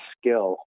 skill